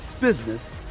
business